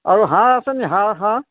আৰু হাঁহ আছে নি হাঁহ হাঁহ